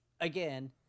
again